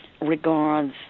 regards